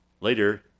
later